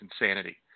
insanity